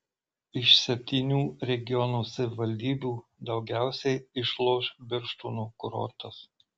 iš septynių regiono savivaldybių daugiausiai išloš birštono kurortas